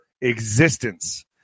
existence